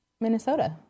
Minnesota